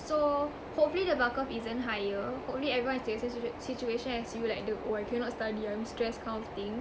so hopefully the bell curve isn't higher only everyone is faces situation as you like the oh I cannot study I'm stress kind of thing